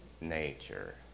nature